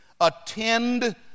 attend